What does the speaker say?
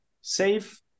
save